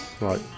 Right